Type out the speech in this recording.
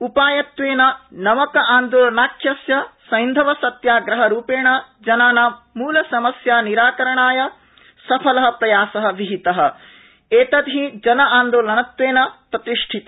उपायत्वेन नमक आन्दोलनाख्यस्य सैन्धव सत्याग्रह रूपेण जनानां मलसमस्यानिराकरणस्य सफल प्रयास विहित अत एव एतद्वि जन आन्दोलत्वेन प्रतिष्ठित